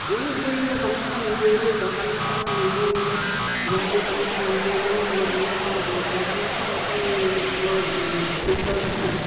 ইয়াৰ উপৰিও মই কামাখ্যা মন্দিৰলৈ যাওঁ কামাখ্যা মন্দিৰত গুৱাহাটীৰ কামাখ্যা মন্দিৰলৈও মোৰ আলহীসকলক লৈ যাওঁ কামাখ্যা এখন বৰ তীৰ্থ স্থান